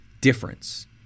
difference